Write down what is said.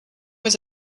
was